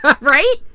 Right